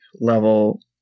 level